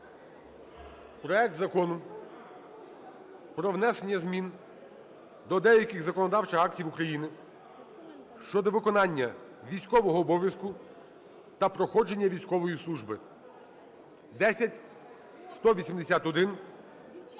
проект Закону про внесення змін до деяких законодавчих актів України (щодо виконання військового обов'язку та проходження військової служби) (10181).